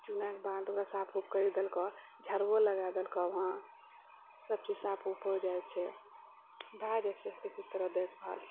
चुनैके बाद ओकरा साफ ऊफ करि देलकौ झाड़ुओ लगै देलकौहँ सभचीज साफ ऊफ हो जाइ छै भय जाइ छै किसी तरह देखभाल